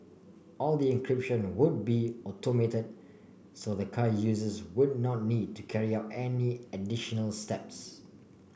all the encryption would be automated so the car users would not need to carry out any additional steps